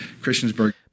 Christiansburg